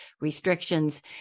restrictions